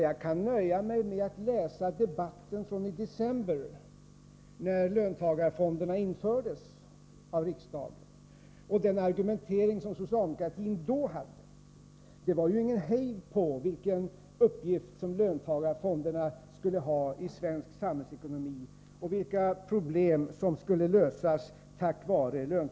Jag kan nöja mig med att läsa debatten från i december, när löntagarfonderna infördes av riksdagen. Enligt den argumentering som socialdemokratin då förde var det ingen hejd på vilken uppgift löntagarfonderna skulle ha i svensk samhällsekonomi och vilka problem som skulle lösas tack vare dem!